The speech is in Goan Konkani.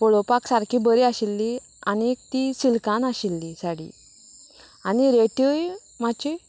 पळोवपाक सारकी बरी आशिल्ली आनीक ती सिल्कान आशिल्ली साडी आनी रेटूय मात्शी